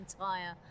entire